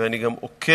ואני גם עוקב